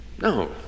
No